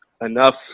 enough